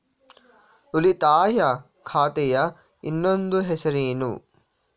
ಉಳಿತಾಯ ಖಾತೆಯ ಇನ್ನೊಂದು ಹೆಸರೇನು?